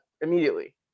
immediately